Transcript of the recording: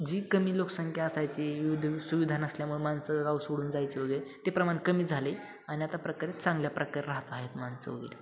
जी कमी लोकसंख्या असायची विविध सुविधा नसल्यामुळे माणसं गाव सोडून जायचे वगैरे ते प्रमाण कमी झालं आहे आणि आता प्रकारे चांगल्या प्रकारे राहत आहेत माणसं वगैरे